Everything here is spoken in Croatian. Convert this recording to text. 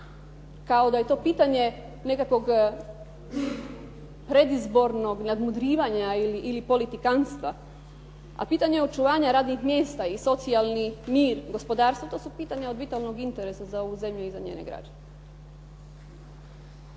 kao da je to pitanje nekakvog predizbornog nadmudrivanja ili politikanstva, a pitanje očuvanja radnih mjesta i socijalni mir, gospodarstvo, to su pitanja od vitalnog interesa za ovu zemlju i za njene građane.